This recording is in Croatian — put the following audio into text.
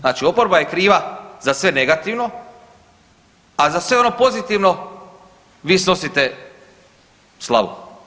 Znači oporba je kriva za sve negativno, a za sve ono pozitivno vi snosite slavu.